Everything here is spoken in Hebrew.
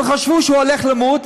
חשבו שהוא הולך למות,